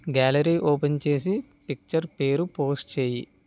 gallery open చేసి picture పేరు post చేయి